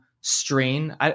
strain